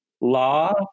law